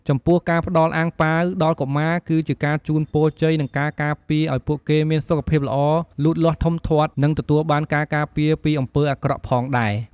ចំពោះការផ្ដល់អាំងប៉ាវដល់កុមារ គឺជាការជូនពរជ័យនិងការការពារឱ្យពួកគេមានសុខភាពល្អ លូតលាស់ធំធាត់ និងទទួលបានការការពារពីអំពើអាក្រក់ផងដែរ។